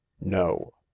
no